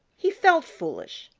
he felt foolish.